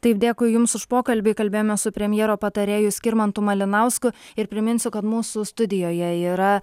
taip dėkui jums už pokalbį kalbėjome su premjero patarėju skirmantu malinausku ir priminsiu kad mūsų studijoje yra